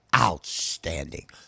outstanding